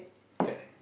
correct